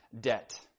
debt